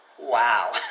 Wow